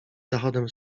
zachodem